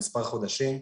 מספר חודשים.